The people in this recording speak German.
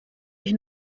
ich